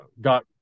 got